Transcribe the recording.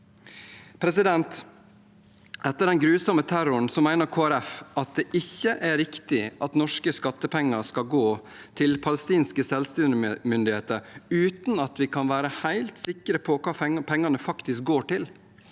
feil. Etter den grusomme terroren mener Kristelig Folkeparti at det ikke er riktig at norske skattepenger skal gå til palestinske selvstyremyndigheter uten at vi kan være helt sikre på hva pengene faktisk går til